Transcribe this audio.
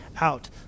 out